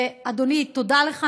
אדוני, תודה לך.